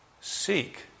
seek